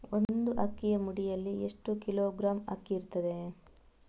ಒಂದು ಅಕ್ಕಿಯ ಮುಡಿಯಲ್ಲಿ ಎಷ್ಟು ಕಿಲೋಗ್ರಾಂ ಅಕ್ಕಿ ಇರ್ತದೆ?